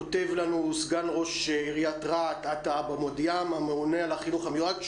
כותב לנו סגן ראש עיריית רהט עטא אבו מדיעם הממונה על החינוך המיוחד,